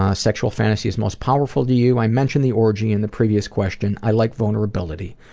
ah sexual fantasies most powerful to you i mentioned the orgy in the previous question. i like vulnerability.